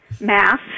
Mass